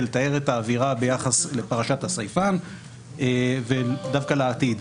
לטהר את האווירה ביחס לפרשת הסייפן ודווקא לעתיד.